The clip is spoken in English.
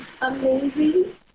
amazing